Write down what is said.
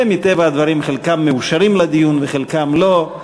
ומטבע הדברים חלקם מאושרים לדיון וחלקם לא,